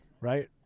right